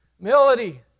Melody